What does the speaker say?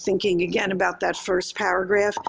thinking again about that first paragraph,